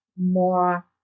more